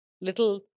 little